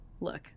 look